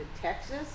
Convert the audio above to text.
texas